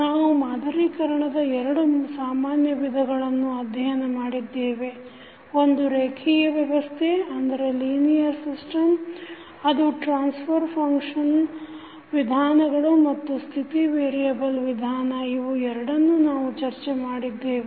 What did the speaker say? ನಾವು ಮಾದರೀಕರಣದ ಎರಡು ಸಾಮಾನ್ಯ ವಿಧಾನಗಳನ್ನು ಅಧ್ಯಯನ ಮಾಡಿದ್ದೇವೆ ಒಂದು ರೇಖಿಯ ವ್ಯವಸ್ಥೆ ಅದು ಟ್ರಾನ್ಫರ್ ಫಂಕ್ಷನ್ ವಿಧಾನಗಳು ಮತ್ತು ಸ್ಥಿತಿ ವೇರಿಯೆಬಲ್ ವಿಧಾನ ಇವು ಎರಡನ್ನೂ ನಾವು ಚರ್ಚೆ ಮಾಡಿದ್ದೇವೆ